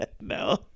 no